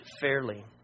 fairly